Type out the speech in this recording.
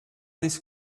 this